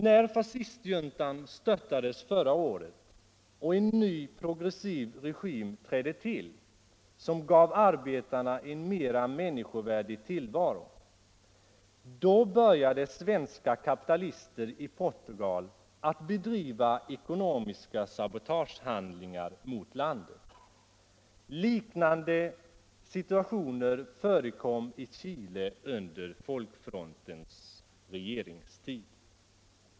När fascistjuntan störtades förra året och en ny progressiv regim trädde till som gav arbetarna en mera människovärdig tillvaro, började svenska kapitalister i Portugal att bedriva ekonomiska sabotagehandlingar mot landet. Liknande aktioner förekom i Chile under folkfrontens regeringstid.